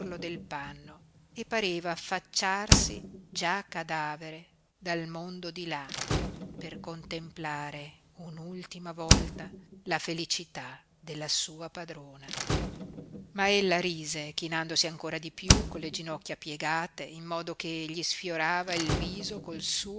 del panno e pareva affacciarsi già cadavere dal mondo di là per contemplare un'ultima volta la felicità della sua padrona ma ella disse chinandosi ancora di piú con le ginocchia piegate in modo che gli sfiorava il viso col